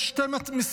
יש שתי משימות